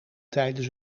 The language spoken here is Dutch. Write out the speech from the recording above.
tijdens